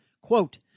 Quote